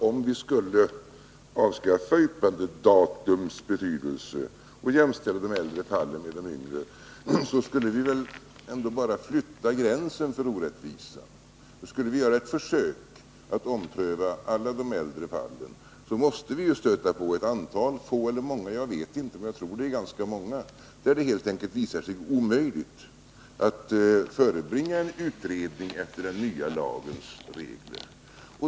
Om vi skulle avskaffa yppandedatums betydelse och jämställa de äldre fallen med de yngre, skulle vi ju ändå bara flytta gränsen för orättvisan. Om vi skulle göra ett försök att ompröva alla de äldre fallen måste vi stöta på ett antal fall — om det är få eller många vet jag inte, men jag tror att det är ganska många — där det helt enkelt visar sig omöjligt att förebringa en utredning efter den nya lagens regler.